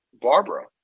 Barbara